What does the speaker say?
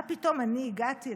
מה פתאום אני הגעתי?